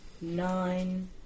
nine